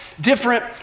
different